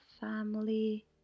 family